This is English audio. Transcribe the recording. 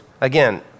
Again